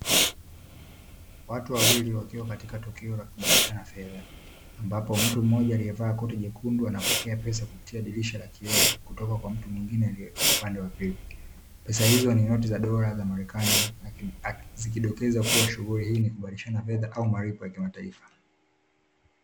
Watu wawili wakiwa katika tukio la kubadilishana fedha, ambapo mtu mmoja aliyevaa koti jekundu anapokea pesa kupitia dirisha la kioo kutoka kwa mtu mwingine aliye upande wa pili. Pesa hizo ni noti za Dola za Marekani zikidokeza kuwa shughuli hii ni kubadilishana fedha au malipo ya kimataifa.